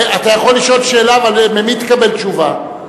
אתה יכול לשאול שאלה, אבל ממי תקבל תשובה?